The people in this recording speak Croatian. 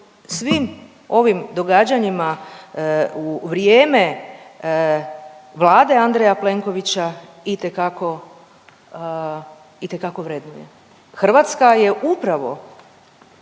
svim ovim događanjima u vrijeme Vlade Andreja Plenkovića itekako, itekako vrednuje. Hrvatska je upravo